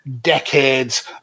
decades